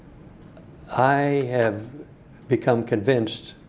i have become convinced